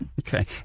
Okay